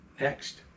next